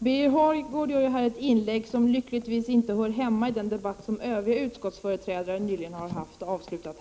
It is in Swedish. Herr talman! Birger Hagård har här gjort ett inlägg som lyckligtvis inte hör hemma i den debatt som övriga utskottsföreträdare nyligen har fört och avslutat.